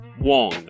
Wong